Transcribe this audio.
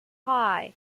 hey